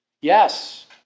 Yes